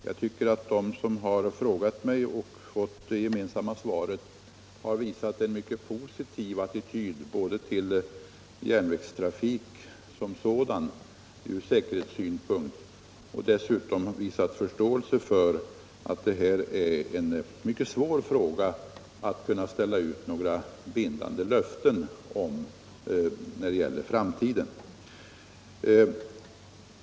Jag tycker att de som frågat mig och fått det gemensamma svaret har visat en mycket positiv attityd både till järnvägstrafiken som sådan ur säkerhetssynpunkt och till att detta är en fråga där det är mycket svårt att ge några bindande löften för framtiden.